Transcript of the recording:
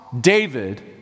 David